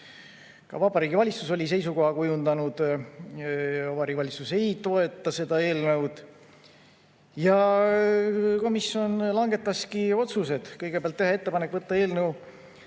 Ka Vabariigi Valitsus oli seisukoha kujundanud: Vabariigi Valitsus ei toeta seda eelnõu. Komisjon langetaski otsused. Kõigepealt, teha ettepanek võtta eelnõu